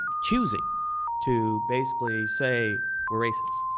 choosing to basically say we're racist.